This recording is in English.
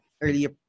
earlier